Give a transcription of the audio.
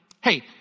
Hey